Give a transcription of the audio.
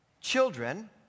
Children